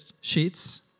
sheets